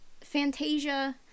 Fantasia